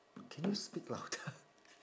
can you speak louder